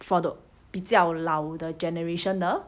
for the 比较老的 generation 的